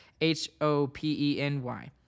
H-O-P-E-N-Y